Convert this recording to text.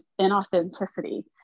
inauthenticity